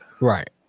Right